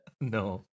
No